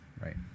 Right